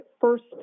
first